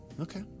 okay